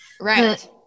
Right